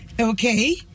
Okay